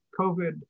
COVID